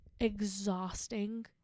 exhausting